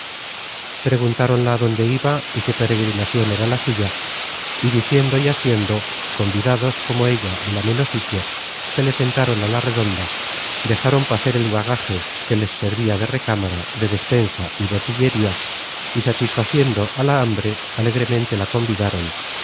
suave preguntáronla dónde iba y qué peregrinacion era la suya y diciendo y haciendo convidados como ella del ameno sitio se le sentaron á la redonda dejaron pacer el bagaje que les servia de recámara de despensa y botillería y satisfaciendo a la hambre alegremente la convidaron